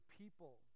people